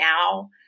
now